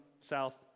South